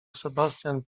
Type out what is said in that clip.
sebastian